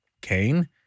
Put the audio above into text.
Cain